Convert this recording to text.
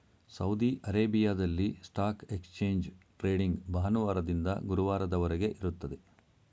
Saudi ಅರೇಬಿಯಾದಲ್ಲಿ stock exchange trading ಭಾನುವಾರದಿಂದ ಗುರುವಾರದವರೆಗೆ ಇರುತ್ತದೆ